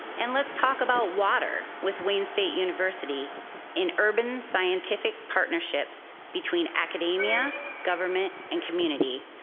and let's talk about water with wayne state university in urban scientific partnerships between academia, government, and community,